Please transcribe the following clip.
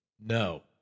No